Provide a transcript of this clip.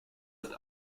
ist